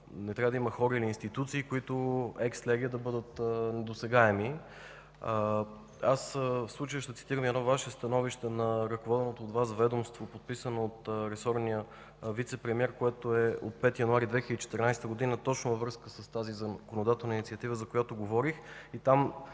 не трябва да има хора или институции, които екс леге да бъдат недосегаеми. В случая ще цитирам и едно Ваше становище на ръководеното от Вас ведомство, подписано от ресорния вицепремиер, което е от 5 януари 2014 г. точно във връзка с тази законодателна инициатива, за която говорих.